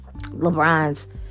LeBron's